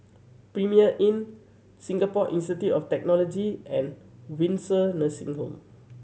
Premier Inn Singapore Institute of Technology and Windsor Nursing Home